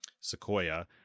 Sequoia